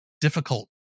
difficult